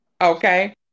Okay